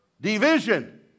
Division